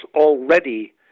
already